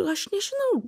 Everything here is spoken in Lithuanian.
aš nežinau